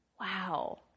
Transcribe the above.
wow